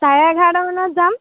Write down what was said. চাৰে এঘাৰটা মানত যাম